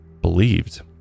believed